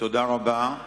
תודה רבה.